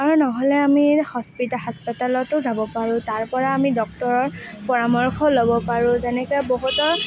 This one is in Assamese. আৰু ন'হলে আমি হস্পিটালতো যাব পাৰোঁ তাৰ পৰা আমি ডক্তৰৰ পৰামৰ্শ ল'ব পাৰোঁ যেনেকৈ বহুতৰ